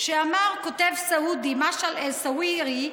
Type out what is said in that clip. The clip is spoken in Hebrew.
שאמר כותב סעודי, משעל אל-סאווירי,